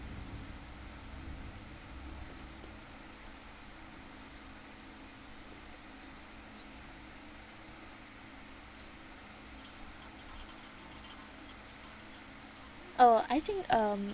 oh I think um